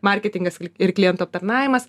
marketingas ir klientų aptarnavimas